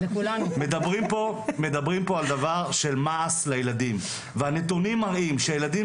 מדברים פה על דבר של מעש לילדים והנתונים מראים שהילדים